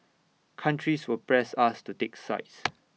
countries will press us to take sides